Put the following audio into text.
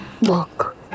look